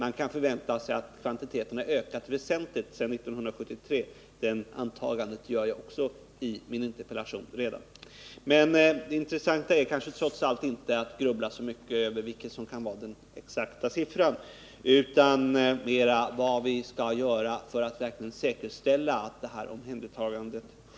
Antagandet att kvantiteterna ökat väsentligt sedan 1973 gör jag redan i interpellationen. Men det intressanta är kanske inte att grubbla så mycket över vilken som kan vara den exakta siffran utan mera vad man skall göra för att verkligen säkerställa omhändertagandet.